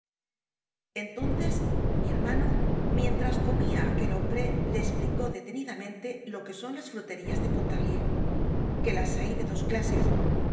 entonces mi hermano mientras comia aquel hombre le esplicó detenidamente lo que son las fruterías de pontarlierque las hay de dos clases